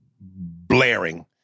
blaring